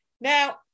now